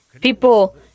People